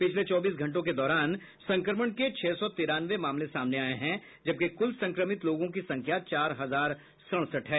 पिछले चौबीस घंटों के दौरान संक्रमण के छह सौ तिरानवे मामले सामने आये हैं जबकि कुल संक्रमित लोगों की संख्या चार हजार सड़सठ है